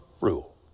rule